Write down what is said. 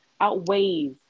outweighs